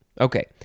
okay